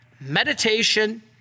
meditation